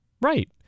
Right